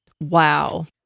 wow